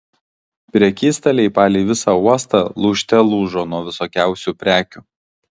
prekystaliai palei visą uostą lūžte lūžo nuo visokiausių prekių